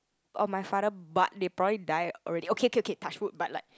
or my father but they probably die already okay okay touchwood but like